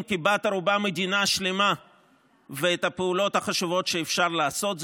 כבת ערובה מדינה שלמה ואת הפעולות החשובות שאפשר לעשות,